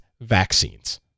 vaccines